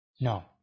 No